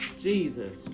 Jesus